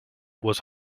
was